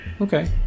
Okay